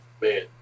man